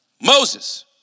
Moses